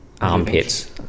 Armpits